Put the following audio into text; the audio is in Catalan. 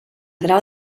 grau